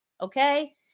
Okay